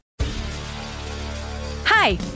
Hi